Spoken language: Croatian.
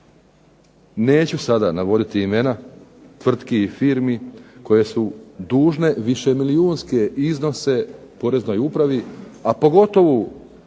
neću navoditi imena tvrtki i firmi koje su dužne više milijunske iznose poreznoj upravi, a pogotovo